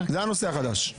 זה הנושא החדש.